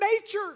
nature